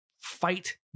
fight